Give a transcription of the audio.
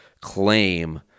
claim